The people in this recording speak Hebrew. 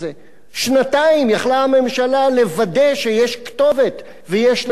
שנתיים היתה הממשלה יכולה לוודא שיש כתובת ויש למי לשלוח.